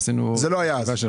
זה לא היה אז.